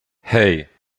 hey